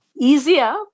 easier